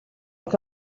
que